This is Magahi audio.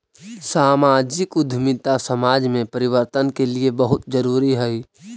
सामाजिक उद्यमिता समाज में परिवर्तन के लिए बहुत जरूरी हई